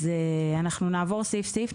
אז אנחנו נעבור סעיף סעיף,